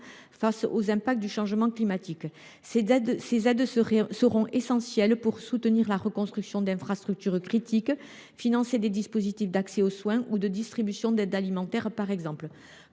face aux impacts du changement climatique. Ces aides seront essentielles pour assurer la reconstruction d’infrastructures critiques et financer des dispositifs d’accès aux soins ou de distribution d’aide alimentaire, pour ne